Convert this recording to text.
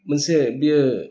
मोनसे बियो